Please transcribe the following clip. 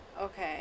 Okay